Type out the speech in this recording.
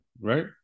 right